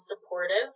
supportive